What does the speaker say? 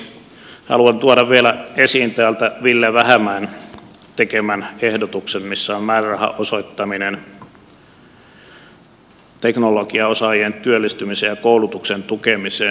haluan tuoda vielä esiin täältä ville vähämäen tekemän ehdotuksen missä on määrärahan osoittaminen teknologiaosaajien työllistymisen ja koulutuksen tukemiseen